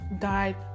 died